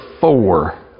four